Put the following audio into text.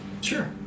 Sure